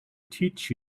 teach